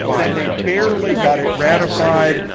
then they barely got it ratified,